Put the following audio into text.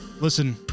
Listen